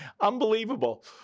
Unbelievable